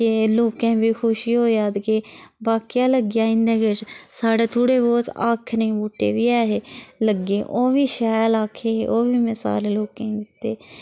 के लोकें बी ख़ुशी होएआ के बाकेआ लग्गेआ इंदे किश साढ़े थोह्ड़े बोह्त आखने दे बूहटे बी ऐ हे लग्गे ओह् बी शैल आखे हे ते ओह् बी मै शैल सारे लोगें दित्ते